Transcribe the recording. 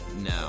No